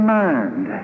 mind